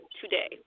today